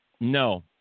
No